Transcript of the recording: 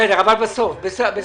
בסדר, אבל בסוף הדיון.